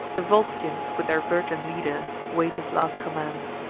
the volscians, with their virgin leader, wait his last commands.